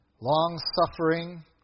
long-suffering